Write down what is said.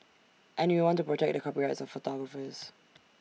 and we want to protect the copyrights of photographers